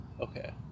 Okay